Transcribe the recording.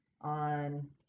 on